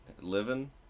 living